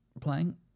playing